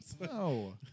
No